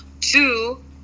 two